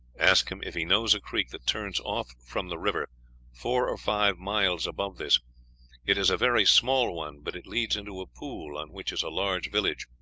ask him if he knows a creek that turns off from the river four or five miles above this it is a very small one, but it leads into a pool on which is a large village.